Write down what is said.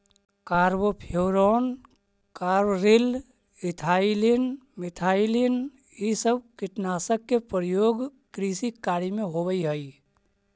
carbofuran, carbaryl, ethylene, methylene इ सब कीटनाशक के प्रयोग कृषि कार्य में होवऽ हई